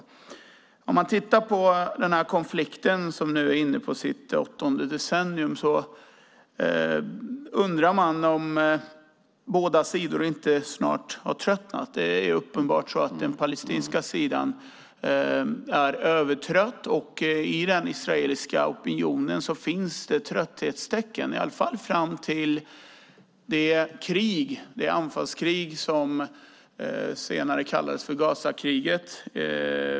Om man tittar på den konflikt som nu är inne på sitt åttonde decennium undrar man om båda sidorna inte snart har tröttnat. Det är uppenbart så att den palestinska sidan är övertrött. Även i den israeliska opinionen finns det trötthetstecken, i alla fall var det så fram till det anfallskrig som senare kallades för Gazakriget.